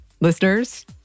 listeners